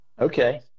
Okay